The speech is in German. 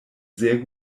sehr